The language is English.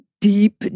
deep